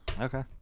Okay